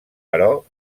però